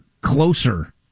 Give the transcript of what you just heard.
closer